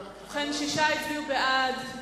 ההצעה להעביר את